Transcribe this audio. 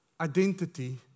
identity